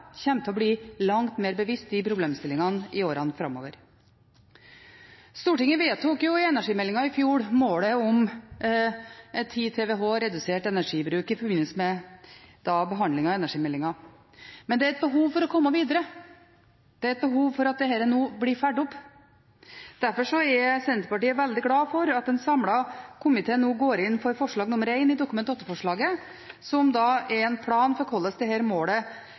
til å bli langt mer bevisst disse problemstillingene i årene framover. Stortinget vedtok i forbindelse med behandlingen av energimeldingen i fjor målet om 10 TWh redusert energibruk. Men det er behov for å komme videre. Det er behov for at dette nå blir fulgt opp. Derfor er Senterpartiet veldig glad for at en samlet komité nå går inn for forslag nr.1 i Dokument 8-forslaget, som er en plan for hvordan dette målet